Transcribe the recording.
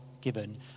given